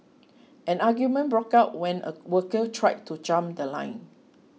an argument broke out when a worker tried to jump The Line